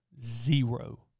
Zero